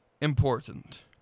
important